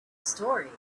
story